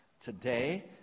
today